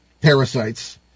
parasites